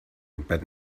but